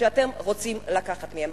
שאתם רוצים לקחת מהם.